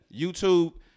YouTube